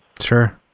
sure